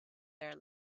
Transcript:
there